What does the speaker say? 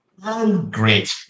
Great